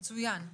מצוין,